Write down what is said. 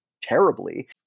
terribly